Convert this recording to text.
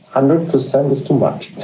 um ah percent is too much.